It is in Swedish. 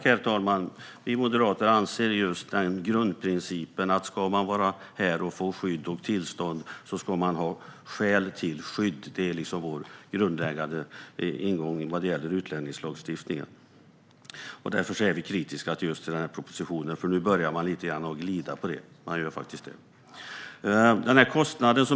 Herr talman! Vi moderater anser att grundprincipen ska vara att ska man vara här och få skydd och tillstånd ska man ha skäl till skydd. Det är vår grundläggande ingång vad gäller utlänningslagstiftningen. Därför är vi kritiska till den här propositionen, för nu börjar man glida lite grann när det gäller detta. Man gör faktiskt det.